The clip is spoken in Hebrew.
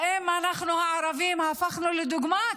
האם אנחנו, הערבים, הפכנו לדוגמה?